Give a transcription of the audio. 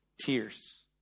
tears